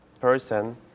person